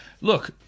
Look